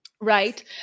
Right